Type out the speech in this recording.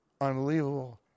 unbelievable